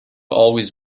always